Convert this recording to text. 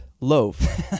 Loaf